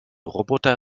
roboter